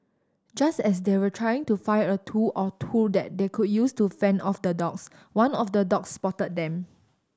just as they were trying to find a tool or two that they could use to fend off the dogs one of the dogs spotted them